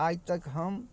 आइतक हम